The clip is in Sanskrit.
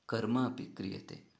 कर्मम् अपि क्रियते